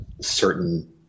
certain